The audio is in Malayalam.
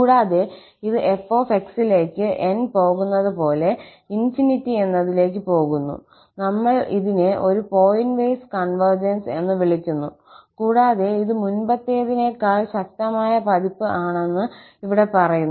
കൂടാതെ ഇത് 𝑓𝑥ലേക്ക് n പോകുന്നത് പോലെ ∞ എന്നതിലേക്ക് പോകുന്നു നമ്മൾ ഇതിനെ ഒരു പോയിന്റ് വൈസ് കൺവെർജൻസ് എന്ന് വിളിക്കുന്നു കൂടാതെ ഇത് മുൻപത്തേതിനേക്കാൾ ശക്തമായ പതിപ്പ് ആണെന്ന് ഇവിടെ പറയുന്നു